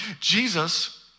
Jesus